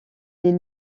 des